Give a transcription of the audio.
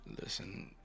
Listen